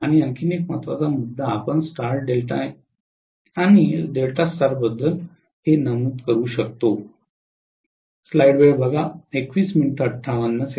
आणि आणखी एक महत्त्वाचा मुद्दा आपण स्टार डेल्टा आणि डेल्टा स्टार बद्दल नमूद करू शकतो